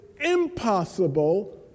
impossible